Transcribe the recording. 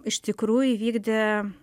iš tikrųjų vykdė